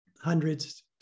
hundreds